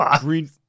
green